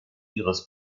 ihres